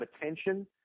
attention